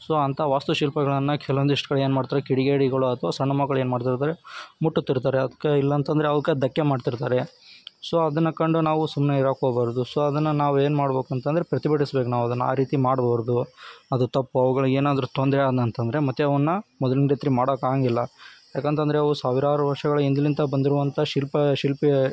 so ಅಂತ ವಾಸ್ತುಶಿಲ್ಪಗಳನ್ನು ಕೆಲವೊಂದಿಷ್ಟು ಕಡೆ ಏನು ಮಾಡ್ತಾರೆ ಕಿಡಿಗೇಡಿಗಳು ಅಥ್ವಾ ಸಣ್ಣ ಮಕ್ಳು ಏನು ಮಾಡ್ತಿರ್ತಾರೆ ಮುಟ್ತಿರ್ತಾರೆ ಅದ್ಕೆ ಇಲ್ಲಂತ ಅಂದ್ರೆ ಅವ್ಕೆ ಧಕ್ಕೆ ಮಾಡ್ತಿರ್ತಾರೆ ಸೊ ಅದನ್ನು ಕಂಡು ನಾವು ಸುಮ್ಮನೆ ಇರೋಕ್ಕೆ ಹೋಗ್ಬಾರ್ದು ಸೊ ಅದನ್ನು ನಾವು ಏನು ಮಾಡಬೇಕು ಅಂತ ಅಂದ್ರೆ ಪ್ರತಿಭಟಿಸ್ಬೇಕು ನಾವು ಅದನ್ನು ಆ ರೀತಿ ಮಾಡಬಾರ್ದು ಅದು ತಪ್ಪು ಅವ್ಗಳ್ಗೆ ಏನಾದರೂ ತೊಂದರೆ ಆದ್ನಂತಂದ್ರೆ ಮತ್ತು ಅವನ್ನು ಮೊದ್ಲಿನ ರೀತಿ ಮಾಡೋಕೆ ಆಗೋಂಗಿಲ್ಲ ಯಾಕಂತ ಅಂದ್ರೆ ಅವು ಸಾವಿರಾರು ವರ್ಷಗಳು ಹಿಂದಿನಿಂದ ಬಂದಿರುವಂಥ ಶಿಲ್ಪ ಶಿಲ್ಪಿ